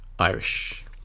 Irish